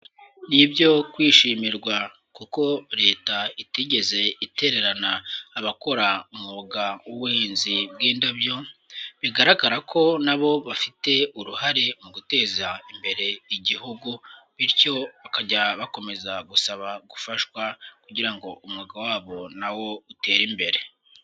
Ni ibyo kwishimirwa kuko Leta itigeze itererana abakora umwuga w'ubuhinzi bw'indabyo, bigaragara ko na bo bafite uruhare mu guteza imbere Igihugu bityo bakajya bakomeza gusaba gufashwa kugira ngo umwuga wabo na wo utere imbere.